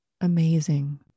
amazing